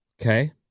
Okay